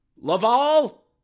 Laval